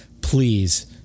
please